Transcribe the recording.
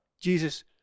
Jesus